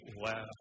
Wow